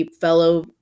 fellow